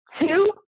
Two